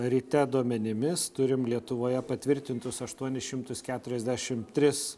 ryte duomenimis turim lietuvoje patvirtintus aštuonis šimtus keturiasdešim tris